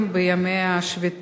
אני מבקש להוסיף את קולי.